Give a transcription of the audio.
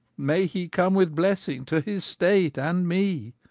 may he come with blessing to his state and me!